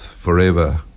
Forever